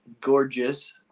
Gorgeous